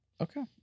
Okay